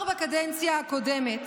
כבר בקדנציה הקודמת